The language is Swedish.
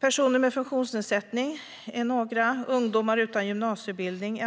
Några är personer med funktionsnedsättning, andra är ungdomar utan gymnasieutbildning.